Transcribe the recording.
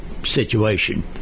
situation